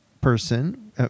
person